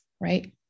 right